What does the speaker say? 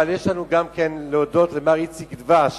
אבל יש לנו גם כן להודות למר איציק דבש